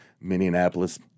Minneapolis